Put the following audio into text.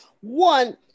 one